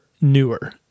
newer